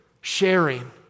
sharing